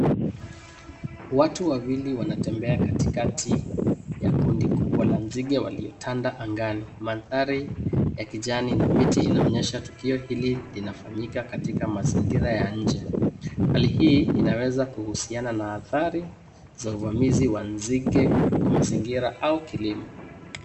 Watu wawili wanatembea katikati ya kundi kubwa la nzige waliotanda angani, mandhari ya kijani na miti inaonyesha tukio hili lina fanyika katika mazingira ya nje, hali hii inaweza kuhusiana na athari za uvamizi wa nzige kwa mazingira au kilimo.